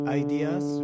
ideas